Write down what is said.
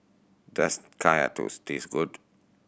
does Kaya Toast taste good